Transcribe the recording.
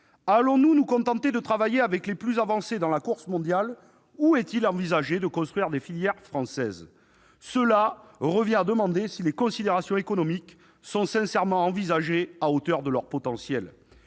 Allons-nous nous contenter de travailler avec les plus avancés dans la course mondiale ou est-il envisagé de construire des filières françaises ? Cela revient à demander si les considérations économiques sont sincèrement envisagées à hauteur de leur potentiel.